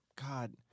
god